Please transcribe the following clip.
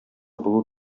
булу